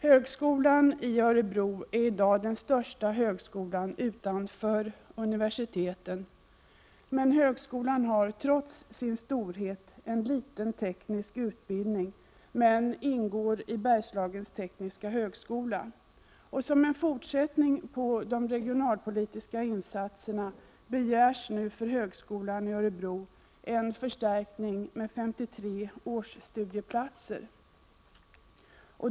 Högskolan i Örebro är i dag den största högskolan utanför universiteten. Högskolan har trots sin storhet en liten teknisk utbildning men ingår i Bergslagens tekniska högskola. Som en fortsättning på de regionalpolitiska insatserna begärs nu för högskolan i Örebro en förstärkning med 53 årsstudieplatser.